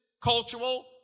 cultural